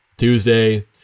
Tuesday